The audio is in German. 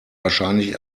wahrscheinlich